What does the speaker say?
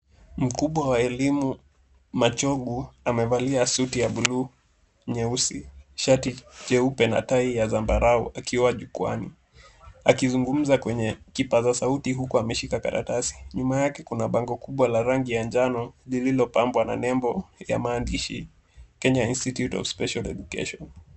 Mkubwa wa elimu Machogu amevalia suti ya buluu, nyeusi, shati jeupe na tai ya zambarau akiwa jukwaani akizungumza kwenye kipaza sauti huku ameshika karatasi. Nyuma yake kuna bango kubwa la rangi ya njano lililopambwa na nembo ya maandishi Kenya institute of special education.